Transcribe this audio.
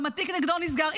גם התיק נגדו נסגר,